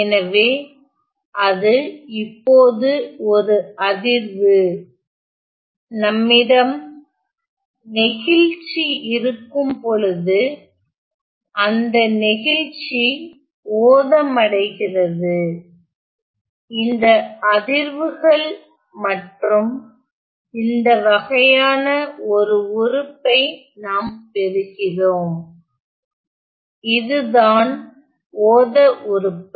எனவே அது இப்போது ஒரு அதிர்வு நம்மிடம் நெகிழ்ச்சி இருக்கும் பொழுது அந்த நெகிழ்ச்சி ஓதமடைகிறது இந்த அதிர்வுகள் மற்றும் இந்த வகையான ஒரு உறுப்பை நாம் பெறுகிறோம் இதுதான் ஓத உறுப்பு